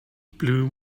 blue